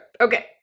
okay